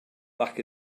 back